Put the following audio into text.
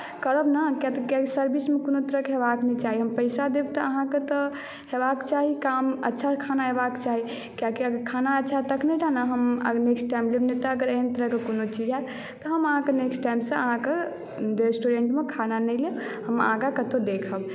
करब ने कियाकि सर्विसमे कोनो तरहक हेबाक नहि चाही हम पैसा देब तऽ अहाँकेँ तऽ हेबाक चाही काम अच्छा खाना हेबाक चाही कियाकि अगर खाना अच्छा हैत तखनहि टा नऽ हम नेक्स्ट टाइम लेब नहि तऽअगर एहन तरहके कोनो चीज हैत तऽ हम अहाँके नेक्स्ट टाइमसँ अहाँके रेस्टुरेन्टमे खाना नहि लेब हम आगाँ कतहु देखब